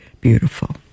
beautiful